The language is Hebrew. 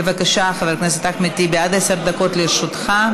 בבקשה, חבר הכנסת אחמד טיבי, עד עשר דקות לרשותך.